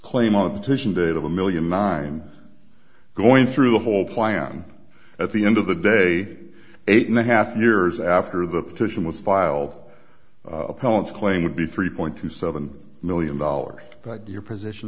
claim of titian date of a million nine going through the whole plan at the end of the day eight and a half years after the petition was filed appellants claim would be three point two seven million dollars but your position